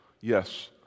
yes